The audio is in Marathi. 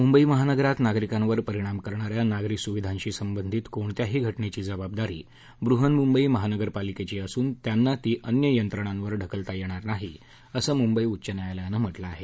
मुंबई महानगरात नागरिकावर परिणाम करणाऱ्या नागरी सुविधांशी संबंधी कोणत्याही घटनेची जबाबदारी ब्रहन्मुंबई महानगरपालिकेची असून त्यांना ती अन्य यंत्रणेवर ढकलता येणार नाही असं मुंबई उच्च न्यायालयानं म्हटलं आहे